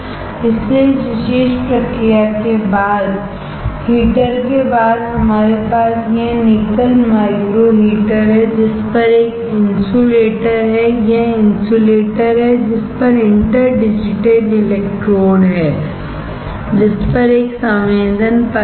इसलिए इस विशेष प्रक्रिया के बाद हीटर के बाद हमारे पास यह निकल माइक्रो हीटर है जिस पर एक इन्सुलेटर है यह इंसुलेटर है जिस पर इंटर डिजिटेड इलेक्ट्रोड हैं जिस पर एक संवेदन परत है